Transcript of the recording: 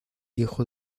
hijo